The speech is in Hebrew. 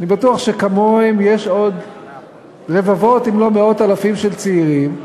אני בטוח שכמוהם יש עוד רבבות אם לא מאות אלפים של צעירים,